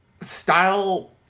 style